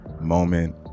moment